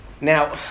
Now